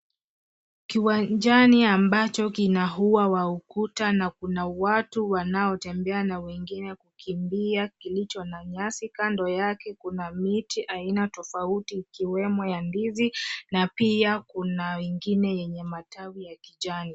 Kiwanjani ambacho kina ua wa ukuta na kuna watu wanaotembea na wengine kukimbia kilicho na nyasi kando yake kuna miti aina tofauti ikiwemo ya ndizi na pia kuna wengine yenye matawi ya kijani.